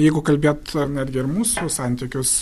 jeigu kalbėt ar netgi ar mūsų santykius